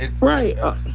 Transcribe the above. Right